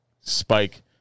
spike